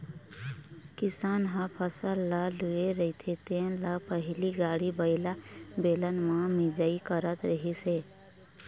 किसान ह फसल ल लूए रहिथे तेन ल पहिली गाड़ी बइला, बेलन म मिंजई करत रिहिस हे